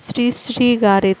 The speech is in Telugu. శ్రీ శ్రీ గారి